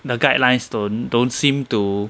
the guidelines don't don't seem to